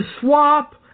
swap